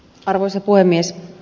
arvoisa puhemies